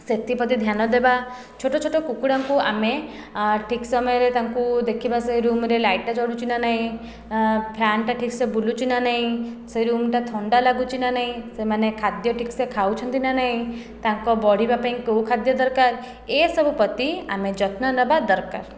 ସେଥିପ୍ରତି ଧ୍ୟାନ ଦେବା ଛୋଟ ଛୋଟ କୁକୁଡ଼ାଙ୍କୁ ଆମେ ଠିକ୍ ସମୟରେ ତାଙ୍କୁ ଦେଖିବା ସେ ରୁମ୍ରେ ଲାଇଟ୍ଟା ଜଳୁଛି ନା ନାହିଁ ଫ୍ୟାନ୍ଟା ଠିକ୍ସେ ବୁଲୁଛି ନା ନାହିଁ ସେ ରୁମ୍ଟା ଥଣ୍ଡା ଲାଗୁଛି ନା ନାହିଁ ସେମାନେ ଖାଦ୍ୟ ଠିକ୍ସେ ଖାଉଛନ୍ତି ନା ନାହିଁ ତାଙ୍କ ବଢ଼ିବା ପାଇଁ କେଉଁ ଖାଦ୍ୟ ଦରକାର ଏସବୁ ପ୍ରତି ଆମେ ଯତ୍ନ ନେବା ଦରକାର